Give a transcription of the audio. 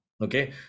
Okay